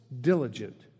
diligent